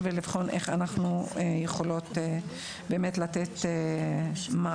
ולבחון איך אנחנו יכולות באמת לתת מענה.